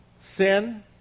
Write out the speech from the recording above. Sin